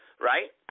right